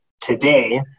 today